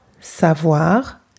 savoir